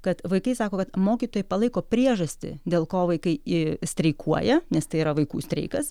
kad vaikai sako kad mokytojai palaiko priežastį dėl ko vaikai ii streikuoja nes tai yra vaikų streikas